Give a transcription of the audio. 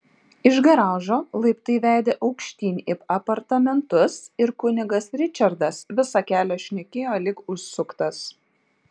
iš garažo laiptai vedė aukštyn į apartamentus ir kunigas ričardas visą kelią šnekėjo lyg užsuktas